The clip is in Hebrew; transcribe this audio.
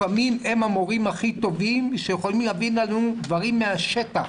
לפעמים הם המורים הכי טובים שיכולים להביא לנו דברים מהשטח.